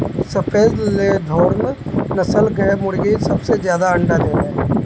सफ़ेद लेघोर्न नस्ल कअ मुर्गी सबसे ज्यादा अंडा देले